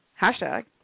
hashtag